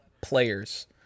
players